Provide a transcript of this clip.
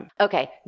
Okay